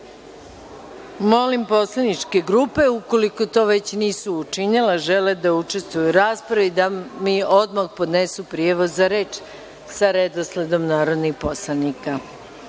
poslaničke grupe, ukoliko to već nisu učinile, a žele da učestvuju u raspravi, da mi odmah podnesu prijave za reč sa redosledom narodnih poslanika. Otvaram